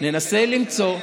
ננסה למצוא,